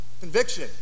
Conviction